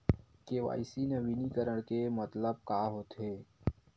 KYC नवीनीकरण के मतलब का होथे?